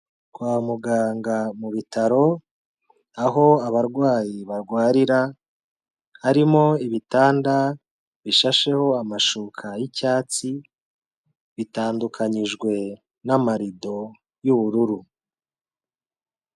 Kwa muganga mu bitaro aho abarwayi barwarira, harimo ibitanda bishasheho amashuka y'icyatsi, bitandukanyijwe n'amarido y'ubururu.